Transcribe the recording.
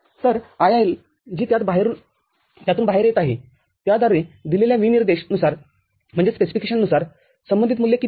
तर IIL जी त्यातून बाहेर येत आहेत्याद्वारे दिलेल्या विनिर्देश नुसार संबंधित मूल्य किती आहे